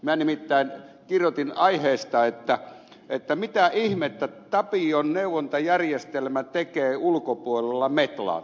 minä nimittäin kirjoitin sellaisesta aiheesta että mitä ihmettä tapion neuvontajärjestelmä tekee ulkopuolella metlan